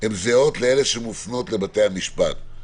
זהות לאלה המופנות אל בתי המשפט.